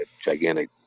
gigantic